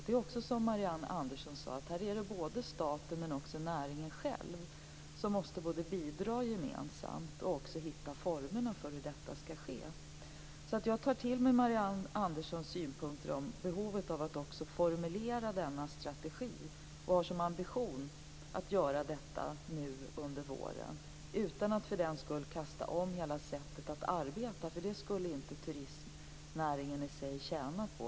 Det är både staten och näringen själv som gemensamt måste bidra och också hitta formerna för hur detta skall ske. Jag tar till mig Marianne Anderssons synpunkter om behovet av att formulera denna strategi och har som ambition att göra detta nu under våren utan att för den skull kasta om hela sättet att arbeta, för det skulle inte turistnäringen i sig tjäna på.